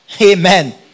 Amen